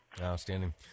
Outstanding